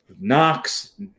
Knox